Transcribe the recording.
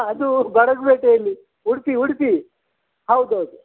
ಅದು ಪೇಟೆಯಲ್ಲಿ ಉಡುಪಿ ಉಡುಪಿ ಹೌದು ಹೌದು